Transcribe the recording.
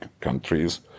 countries